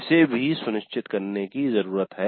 इसे भी सुनिश्चित करने की जरूरत है